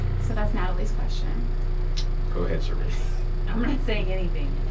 so that's natalie's question go ahead, shereen i'm not saying anything.